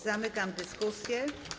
Zamykam dyskusję.